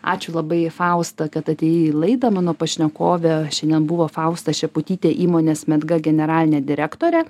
ačiū labai fausta kad atėjai į laidą mano pašnekovė šiandien buvo fausta šeputytė įmonės medga generalinė direktorė